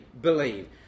believe